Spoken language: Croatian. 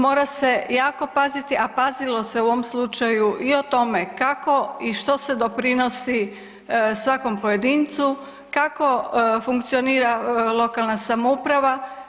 Mora se jako paziti, a pazilo se u ovom slučaju i o tome kako i što se doprinosi svakom pojedincu kako funkcionira lokalna samouprava.